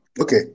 Okay